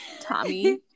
Tommy